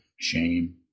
shame